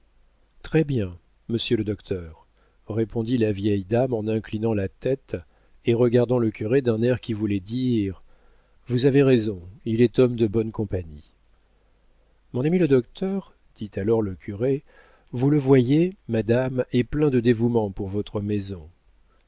circonstance très-bien monsieur le docteur répondit la vieille dame en inclinant la tête et regardant le curé d'un air qui voulait dire vous avez raison il est homme de bonne compagnie mon ami le docteur dit alors le curé vous le voyez madame est plein de dévouement pour votre maison